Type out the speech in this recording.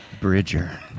Bridger